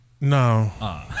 No